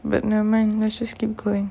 but never mind let's just keep going